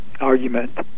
argument